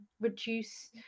reduce